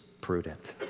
prudent